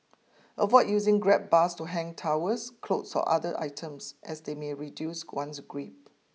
avoid using grab bars to hang towels clothes or other items as they may reduce one's grip